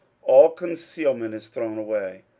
all concealment is thrown away.